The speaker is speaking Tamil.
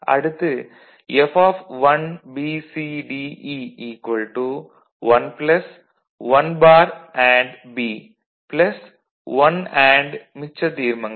அடுத்து F1BCDE 1 1 bar and B 1 and மிச்ச தீர்மங்கள்